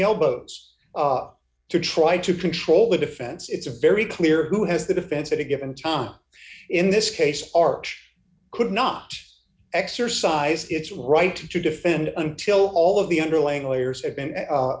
elbows to try to control the defense it's very clear who has the defense at a given time in this case arch could not exercise its right to defend until all of the underling lawyers have been